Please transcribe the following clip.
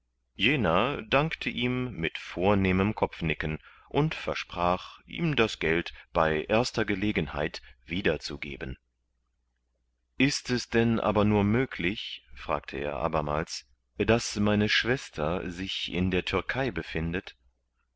jener dankte ihm mit vornehmem kopfnicken und versprach ihm das geld bei erster gelegenheit wieder zu geben ist es denn aber nur möglich fragte er abermals daß meine schwester sich in der türkei befindet